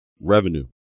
revenue